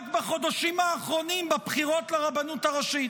בחודשים האחרונים בבחירות לרבנות הראשית.